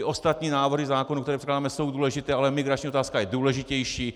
Ostatní návrhy zákonů, které předkládáme, jsou důležité, ale migrační otázka je důležitější.